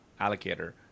allocator